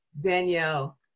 Danielle